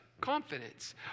confidence